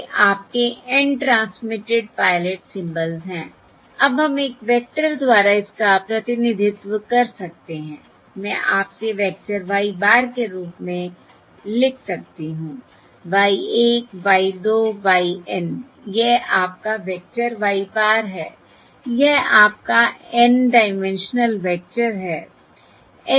ये आपके N transmitted pilot symbols हैं अब हम एक वेक्टर द्वारा इसका प्रतिनिधित्व कर सकते हैं मैं इसे आपके वेक्टर y bar के रूप में लिख सकती हूं y 1 y 2 y N यह आपका वेक्टर y bar है यह आपका N डाइमेंशनल वेक्टर है